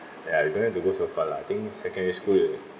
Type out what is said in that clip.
ya you don't have to go so far lah I think secondary school